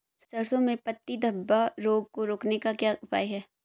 सरसों में पत्ती धब्बा रोग को रोकने का क्या उपाय है?